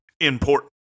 important